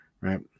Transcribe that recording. right